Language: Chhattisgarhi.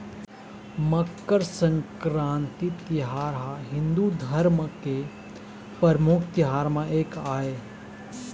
मकर संकरांति तिहार ह हिंदू धरम के परमुख तिहार म एक आय